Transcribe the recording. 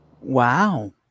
Wow